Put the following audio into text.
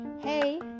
Hey